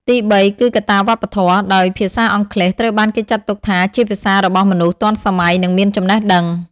ទីបីគឺកត្តាវប្បធម៌ ដោយភាសាអង់គ្លេសត្រូវបានគេចាត់ទុកថាជាភាសារបស់មនុស្សទាន់សម័យនិងមានចំណេះដឹង។